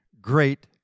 great